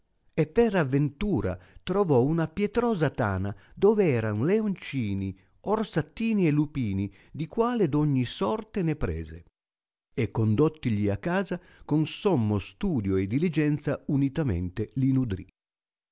e per avventura trovò una pietrosa tana dove eran leoncini orsattini e lupini di quali d'ogni sorte ne prese e condottigli a casa con sommo studio e diligenza unitamente li nudrì